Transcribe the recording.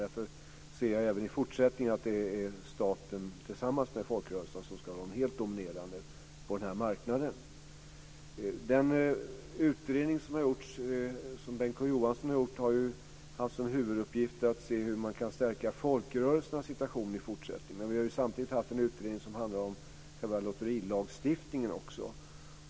Därför anser jag att det även i fortsättningen är staten tillsammans med folkrörelserna som ska vara de helt dominerande på den här marknaden. Den utredning som Bengt K Å Johansson har gjort har ju haft som huvuduppgift att se hur man kan stärka folkrörelsernas situation i fortsättningen. Vi har samtidigt haft en utredning som handlar om själva lotterilagstiftningen.